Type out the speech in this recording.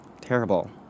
Terrible